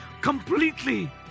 completely